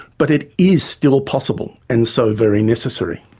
but it is still possible and so very necessary.